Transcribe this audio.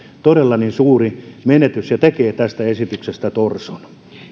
todella suuri menetys ja tekee tästä esityksestä torson